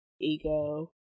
ego